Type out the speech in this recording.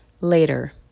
later